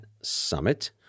Summit